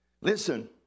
Listen